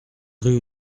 rue